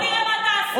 בוא נראה מה תעשו.